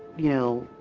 you know,